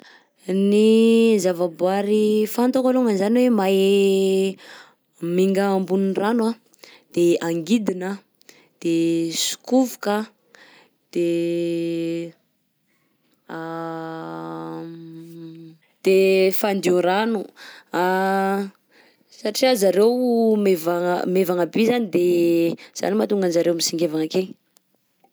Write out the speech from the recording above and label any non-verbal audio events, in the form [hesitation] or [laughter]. Ny zavaboary fantako alongany zany hoe mahay mihainga ambonin'ny rano anh: de angidina anh, de sokovoka anh, de [hesitation] de fandio rano, [hesitation] satria zareo maivagna maivagna bi zany de zany no mahatonga anjareo misigenvana akegny.